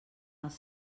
els